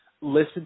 listen